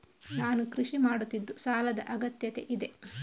ನಾನು ಕೃಷಿ ಮಾಡುತ್ತಿದ್ದು ಸಾಲದ ಅಗತ್ಯತೆ ಇದೆ?